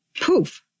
poof